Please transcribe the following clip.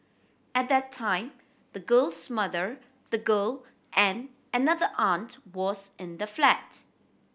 at that time the girl's mother the girl and another aunt was in the flat